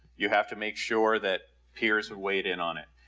you have to make sure that peers who weighed in on it.